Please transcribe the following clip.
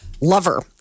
Lover